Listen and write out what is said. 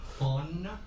on